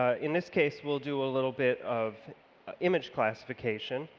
ah in this case we'll do a little bit of ah image classification.